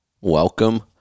Welcome